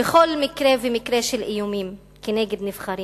וכל מקרה ומקרה של איומים על נבחרים,